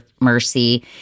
Mercy